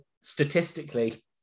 statistically